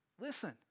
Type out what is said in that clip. Listen